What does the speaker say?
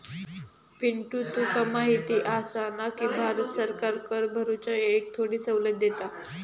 पिंटू तुका माहिती आसा ना, की भारत सरकार कर भरूच्या येळेक थोडी सवलत देता